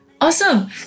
Awesome